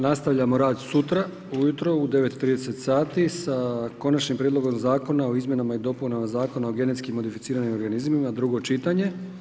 Nastavljamo rad sutra ujutro u 9,30 sati sa Konačnim prijedlogom zakona o izmjenama i dopunama Zakona o genetski modificiranim organizmima, drugo čitanje.